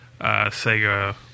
Sega